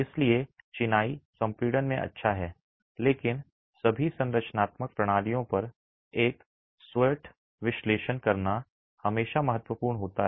इसलिए चिनाई संपीड़न में अच्छा है लेकिन सभी संरचनात्मक प्रणालियों पर एक स्वोट विश्लेषण करना हमेशा महत्वपूर्ण होता है